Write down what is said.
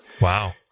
Wow